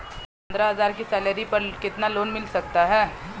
पंद्रह हज़ार की सैलरी पर कितना लोन मिल सकता है?